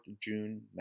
June